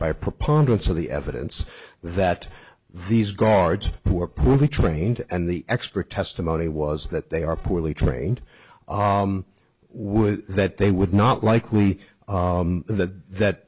by preponderance of the evidence that these guards were poorly trained and the expert testimony was that they are poorly trained would that they would not likely that